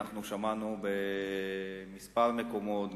שמענו בכמה מקומות,